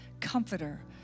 comforter